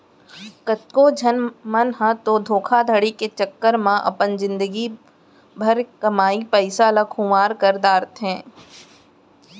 कतको झन मन ह तो धोखाघड़ी के चक्कर म अपन जिनगी भर कमाए पइसा ल खुवार कर डारथे